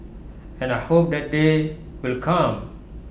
and I hope that day will come